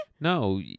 No